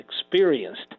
experienced